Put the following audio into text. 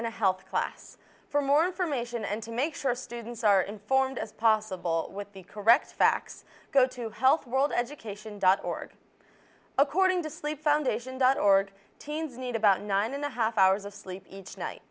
a health class for more information and to make sure students are informed as possible with the correct facts go to health world education dot org according to sleep foundation dot org teens need about nine and a half hours of sleep